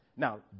Now